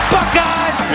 Buckeyes